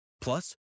Plus